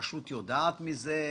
האם הרשות יודעת מזה?